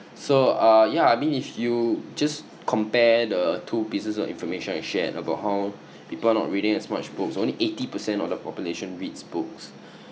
so uh yeah I mean if you just compare the two pieces of information I shared about how people are not reading as much books only eighty per cent of the population reads books